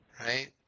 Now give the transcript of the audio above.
right